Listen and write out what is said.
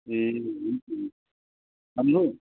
ए हुन्छ हुन्छ